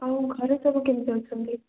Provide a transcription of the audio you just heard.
ଆଉ ଘରେ ସବୁ କେମତି ଅଛନ୍ତି